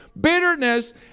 bitterness